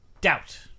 Doubt